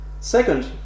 Second